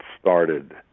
started